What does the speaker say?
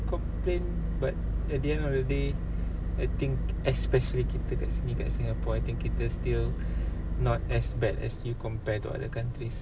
complain but at the end of the day I think especially kita kat sini kat singapore I think kita still not as bad as you compare to other countries